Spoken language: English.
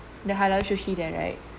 the halal sushi there right